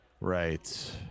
Right